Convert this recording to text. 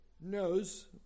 knows